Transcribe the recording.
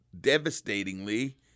devastatingly